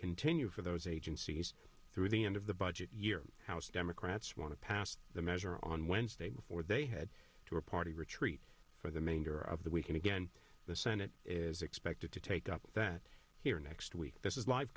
continue for those agencies through the end of the budget year house democrats want to pass the measure on wednesday before they head to a party retreat for the major of the week and again the senate is expected to take up that here next week this is live